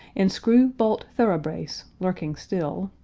in screw, bolt, thoroughbrace lurking still,